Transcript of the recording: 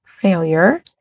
failure